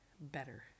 better